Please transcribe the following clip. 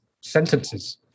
sentences